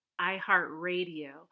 iHeartRadio